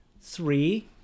three